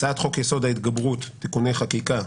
הצעת חוק-יסוד: ההתגברות (תיקוני חקיקה),